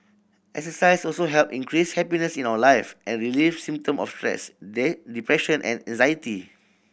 exercise also help increase happiness in our life and relieve symptom of stress they depression and anxiety